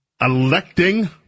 electing